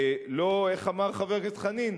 איך אמר חבר הכנסת חנין?